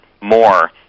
more